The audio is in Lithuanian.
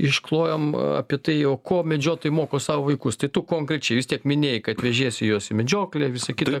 išklojom apie tai o ko medžiotojai moko savo vaikus tai tu konkrečiai vis tiek minėjai kad vežiesi juos į medžioklę visa kita